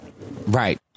Right